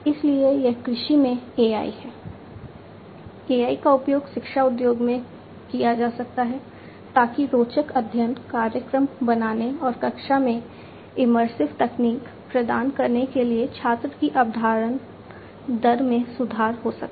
इसलिए यह कृषि में AI है AI का उपयोग शिक्षा उद्योग में किया जा सकता है ताकि रोचक अध्ययन कार्यक्रम बनाने और कक्षा में इमर्सिव तकनीक प्रदान करने के लिए छात्र की अवधारण दर में सुधार हो सके